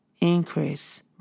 increase